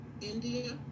India